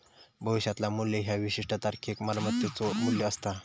भविष्यातला मू्ल्य ह्या विशिष्ट तारखेक मालमत्तेचो मू्ल्य असता